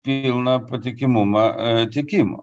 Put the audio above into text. pilną patikimumą atitikimą